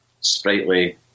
sprightly